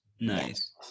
nice